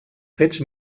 fets